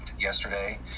yesterday